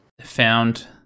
found